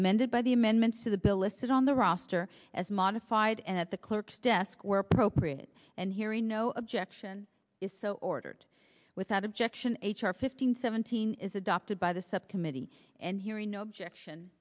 amended by the amendment so the bill listed on the roster as modified and at the clerk's desk were appropriated and hearing no objection is so ordered without objection h r fifteen seventeen is adopted by the subcommittee and hearing no objection